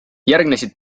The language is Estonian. järgnesid